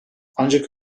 ancak